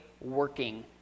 working